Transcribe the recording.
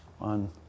on